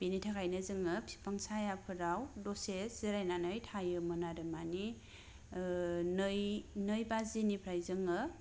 बिनि थाखायनो जोङो बिफां साया फोराव दसे जिरायनानै थायोमोन आरो मानि नै बाजिनिफ्राय जोंङो